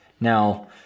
Now